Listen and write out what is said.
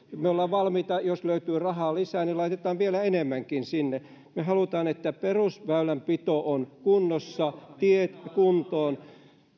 me olemme valmiita jos löytyy rahaa lisää laittamaan vielä enemmänkin sinne me haluamme että perusväylänpito on kunnossa tiet kuntoon